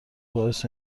باعث